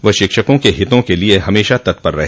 वह शिक्षकों के हितों के लिए हमेशा तत्पर रहे